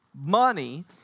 money